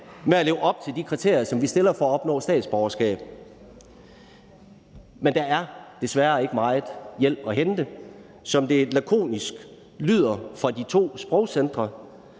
med at leve op til de kriterier, vi stiller, for at opnå statsborgerskab. Men der er desværre ikke meget hjælp at hente. Som det lakonisk lyder fra de to sprogcentre: